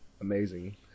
Amazing